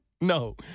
No